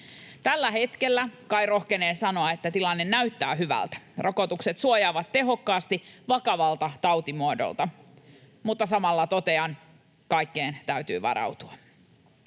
Tällä hetkellä kai rohkenee sanoa, että tilanne näyttää hyvältä. Rokotukset suojaavat tehokkaasti vakavalta tautimuodolta. Mutta samalla totean: kaikkeen täytyy varautua.